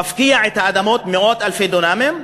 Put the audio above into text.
מפקיע את האדמות, מאות-אלפי דונמים,